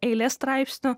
eilė straipsnių